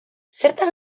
zertan